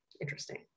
interesting